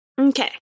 Okay